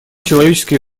человеческие